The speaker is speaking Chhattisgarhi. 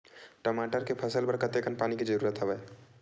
टमाटर के फसल बर कतेकन पानी के जरूरत हवय?